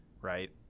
right